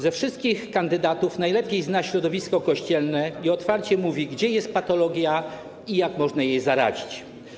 Ze wszystkich kandydatów najlepiej zna środowisko kościelne i otwarcie mówi, gdzie jest patologia i jak można jej zaradzić.